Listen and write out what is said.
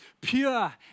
pure